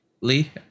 Lee